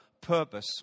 purpose